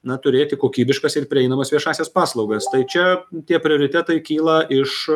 na turėti kokybiškas ir prieinamas viešąsias paslaugas tai čia tie prioritetai kyla iš